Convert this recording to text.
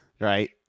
Right